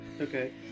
Okay